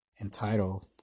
entitled